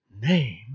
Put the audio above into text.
Name